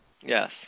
Yes